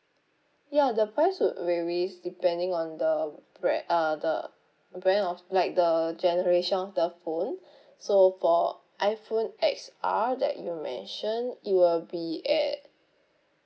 ya the price would varies depending on the bra~ uh the brand of like the generation of the phone so for iphone X R that you mentioned it will be at